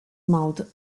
mouth